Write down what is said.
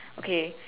okay